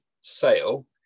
sale